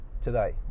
today